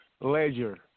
Ledger